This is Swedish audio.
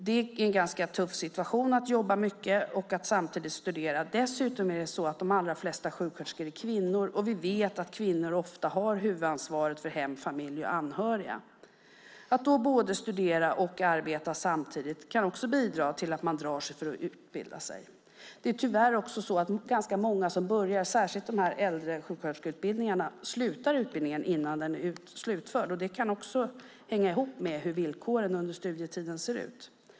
Det är en ganska tuff situation att jobba mycket och samtidigt studera. Dessutom är de allra flesta sjuksköterskor kvinnor, och vi vet att kvinnor ofta har huvudansvaret för hem, familj och anhöriga. Att studera och arbeta samtidigt kan också bidra till att man drar sig för att utbilda sig. Det är tyvärr också så att ganska många som börjar studera - det gäller särskilt äldresjuksköterskeutbildningarna - slutar utbildningen innan den är slutförd. Det kan också hänga ihop med hur villkoren under studietiden ser ut.